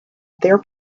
their